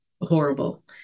horrible